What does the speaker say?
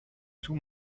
tout